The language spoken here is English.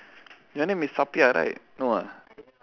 your name is sapiahl right no ah